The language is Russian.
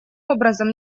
образом